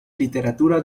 literatura